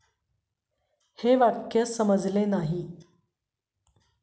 आमीरसाठी life insurance दाखवा